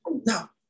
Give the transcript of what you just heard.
Now